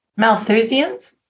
Malthusians